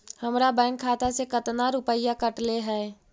हमरा बैंक खाता से कतना रूपैया कटले है?